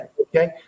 okay